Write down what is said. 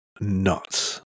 nuts